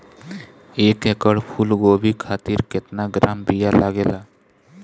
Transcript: एक एकड़ फूल गोभी खातिर केतना ग्राम बीया लागेला?